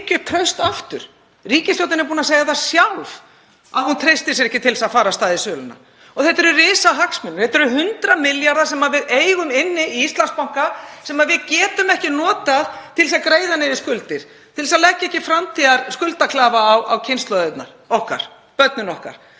upp traust aftur. Ríkisstjórnin er búin að segja það sjálf að hún treysti sér ekki til þess að fara af stað í söluna. Þetta eru risa hagsmunir. Þetta eru 100 milljarðar sem við eigum inni í Íslandsbanka sem við getum ekki notað til að greiða niður skuldir, til þess að leggja ekki framtíðarskuldaklafa á kynslóðirnar okkar, börnin okkar,